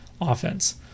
offense